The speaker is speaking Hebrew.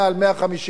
ל-150,